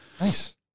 nice